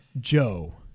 Joe